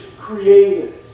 created